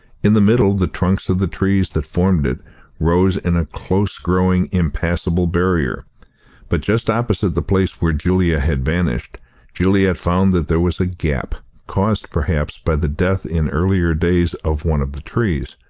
in the middle, the trunks of the trees that formed it rose in a close-growing, impassable barrier but just opposite the place where julia had vanished juliet found that there was a gap, caused, perhaps, by the death in earlier days of one of the trees,